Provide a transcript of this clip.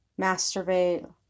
masturbate